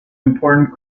important